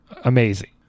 amazing